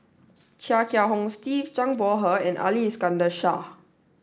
Chia Kiah Hong Steve Zhang Bohe and Ali Iskandar Shah